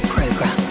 Program